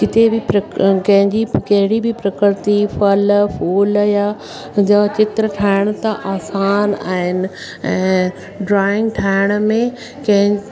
किथे बि प्र कंहिंजी कहिड़ी बि प्रकृति फल फूल या जो चित्र ठाहिण त आसान आहिनि ऐं ड्रॉइंग ठाहिण में कंहिं